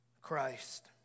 Christ